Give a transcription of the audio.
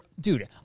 dude